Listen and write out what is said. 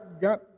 got